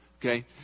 Okay